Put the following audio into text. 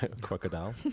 crocodile